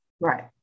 Right